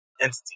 entity